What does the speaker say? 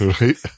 Right